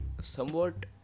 Somewhat